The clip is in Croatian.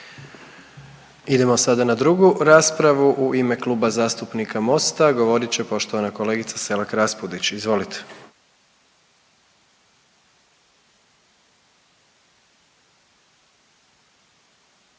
Idemo sada na 2. raspravu, u ime Kluba zastupnika Mosta govorit će poštovana kolegica Selak Raspudić, izvolite.